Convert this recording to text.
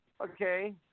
okay